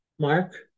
Mark